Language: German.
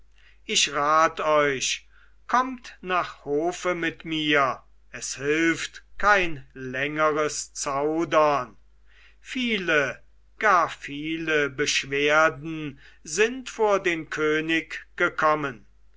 ich rat euch kommt nach hofe mit mir es hilft kein längeres zaudern viele viele beschwerden sind vor den könig gekommen